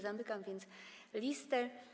Zamykam więc listę.